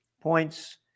points